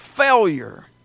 Failure